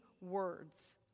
words